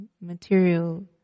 material